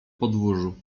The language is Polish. podwórzu